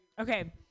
Okay